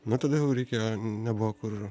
nu tada jau reikia nebuvo kur